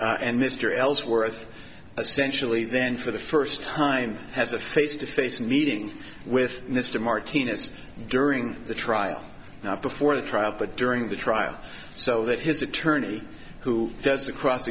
and mr ellsworth essentially then for the first time has a face to face meeting with mr martinez during the trial not before the trial but during the trial so that his attorney who does the cross